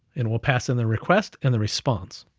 and we'll pass in the request, and the response,